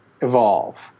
evolve